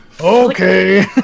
Okay